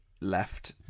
left